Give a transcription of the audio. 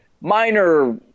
minor